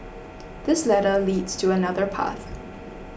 this ladder leads to another path